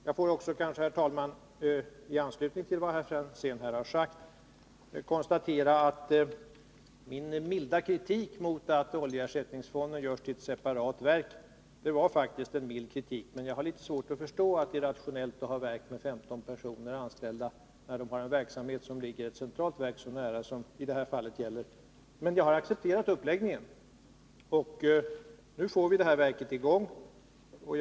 Jag får också, herr talman, i anslutning till vad herr Franzén här sagt konstatera att min kritik mot att oljeersättningsfonden görs till ett separat verk faktiskt var mild. Jag har dock svårt att förstå att det är rationellt att ha ett särskilt verk med 15 anställda, när dettas verksamhet ligger så nära ett annat verk som här är fallet. Men jag har accepterat den uppläggningen, och verket kommer nu att börja sitt arbete.